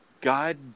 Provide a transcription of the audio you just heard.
God